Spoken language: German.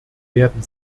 werden